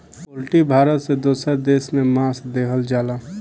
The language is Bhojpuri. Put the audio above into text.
पोल्ट्री भारत से दोसर देश में मांस देहल जाला